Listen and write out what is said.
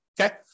Okay